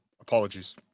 Apologies